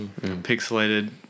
Pixelated